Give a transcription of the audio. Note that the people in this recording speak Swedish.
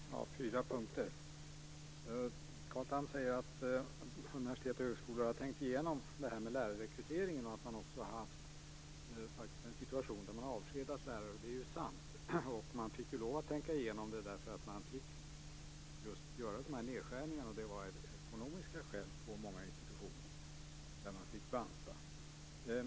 Fru talman! Jag tänker ta upp fyra punkter. Carl Tham säger att universitet och högskolor har tänkt igenom det här med lärarrekryteringen och att man också faktiskt har haft en situation där man avskedat lärare. Och det är ju sant. Man fick lov att tänka igenom det därför att man fick göra nedskärningar av ekonomiska skäl på många institutioner. Man fick banta.